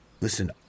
Listen